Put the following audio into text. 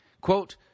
Quote